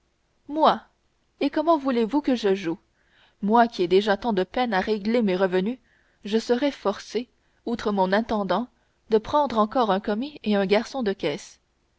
moi et comment voulez-vous que je joue moi qui ai déjà tant de peine à régler mes revenus je serais forcé outre mon intendant de prendre encore un commis et un garçon de caisse